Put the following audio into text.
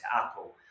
Apple